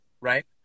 right